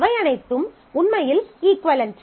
அவை அனைத்தும் உண்மையில் இஃக்குவளென்ட்